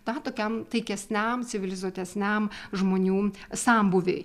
tą tokiam taikesniam civilizuotesniam žmonių sambūviui